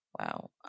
Wow